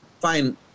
fine